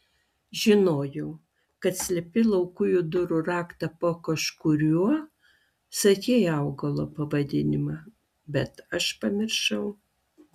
žinojau kad slepi laukujų durų raktą po kažkuriuo sakei augalo pavadinimą bet aš pamiršau